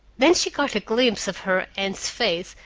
then she caught a glimpse of her aunt's face,